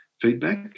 feedback